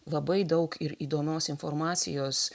labai daug ir įdomios informacijos